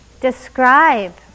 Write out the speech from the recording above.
describe